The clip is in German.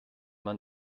man